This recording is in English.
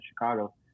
Chicago